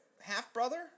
Half-brother